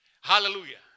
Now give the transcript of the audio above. Hallelujah